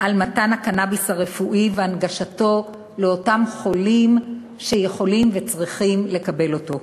מתן הקנאביס הרפואי ולהנגישו לאותם חולים שיכולים וצריכים לקבל אותו.